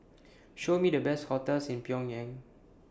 Show Me The Best hotels in Pyongyang